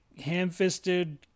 ham-fisted